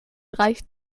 reicht